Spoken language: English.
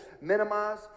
minimize